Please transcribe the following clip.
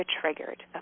triggered